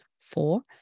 Four